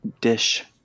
dish